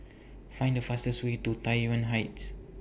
Find The fastest Way to Tai Yuan Heights